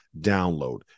download